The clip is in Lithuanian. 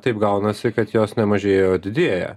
taip gaunasi kad jos nemažėjo o didėja